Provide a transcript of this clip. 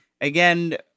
Again